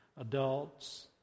Adults